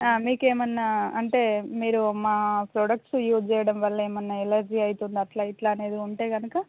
మీకేమన్నా అంటే మీరూ మా ప్రొడక్ట్స్ యూజ్ చేయడం వల్లేమన్నా ఎలర్జీ అవుతుందా అట్లా ఇట్లా అనేది ఉంటే గనుక